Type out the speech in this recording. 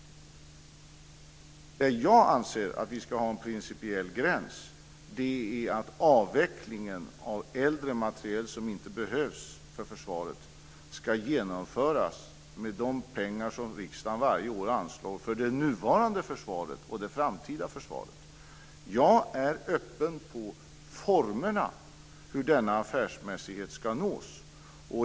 Jag anser att vi ska tillämpa principen att avvecklingen av äldre materiel som inte behövs för försvaret ska genomföras med de pengar som riksdagen varje år anslår för det nuvarande försvaret och det framtida försvaret. Jag är öppen för formerna för hur denna affärsmässighet ska nås.